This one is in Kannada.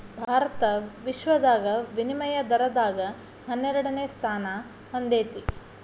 ಭಾರತ ವಿಶ್ವದಾಗ ವಿನಿಮಯ ದರದಾಗ ಹನ್ನೆರಡನೆ ಸ್ಥಾನಾ ಹೊಂದೇತಿ